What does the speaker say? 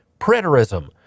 Preterism